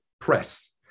press